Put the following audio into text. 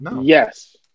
Yes